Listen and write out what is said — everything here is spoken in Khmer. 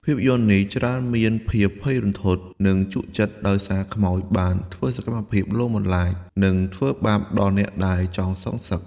ភាពយន្តនេះច្រើនមានភាពភ័យរន្ធត់និងជក់ចិត្ត ដោយសារខ្មោចបានធ្វើសកម្មភាពលងបន្លាច និងធ្វើបាបដល់អ្នកដែលចង់សងសឹក។